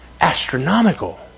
astronomical